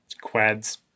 Quads